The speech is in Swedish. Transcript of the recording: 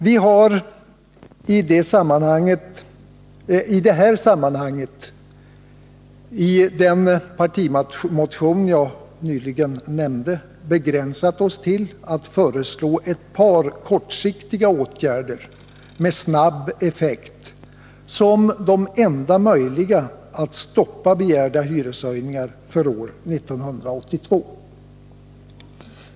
Vi har i detta sammanhang, i den partimotion som jag nyss nämnde, begränsat oss till att föreslå ett par kortsiktiga åtgärder med snabb effekt, som de enda möjliga när det gäller att stoppa begärda hyreshöjningar för år 1982.